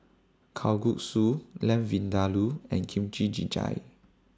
Kalguksu Lamb Vindaloo and Kimchi Jjigae